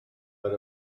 but